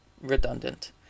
redundant